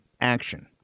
action